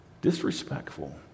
disrespectful